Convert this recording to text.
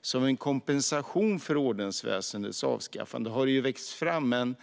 Som en kompensation för ordensväsendets avskaffande har det växt fram en